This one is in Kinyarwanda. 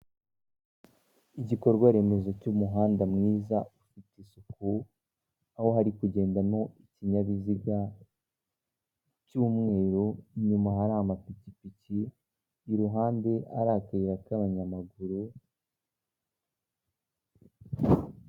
Igikorwa remezo cy'umuhanda mwiza ufite isuku aho hari kugendamo ikinyabiziga cy'umweru inyuma hari, amapikipiki iruhande ari akayiye kaba nyamaguru.